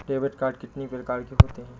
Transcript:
Debit card कितनी प्रकार के होते हैं?